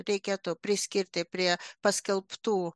reikėtų priskirti prie paskelbtų